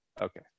Okay